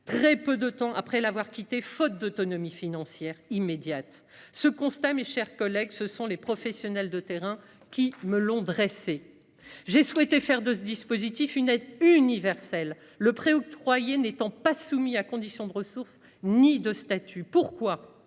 très peu de temps après l'avoir quitté, faute d'autonomie financière immédiate. Ce constat, mes chers collègues, est celui des professionnels de terrain. J'ai souhaité faire de ce dispositif une aide universelle, le prêt octroyé n'étant pas soumis à des conditions de ressources ou à un statut particulier.